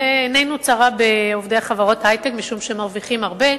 ועינינו צרה בעובדי חברות היי-טק משום שהם מרוויחים הרבה,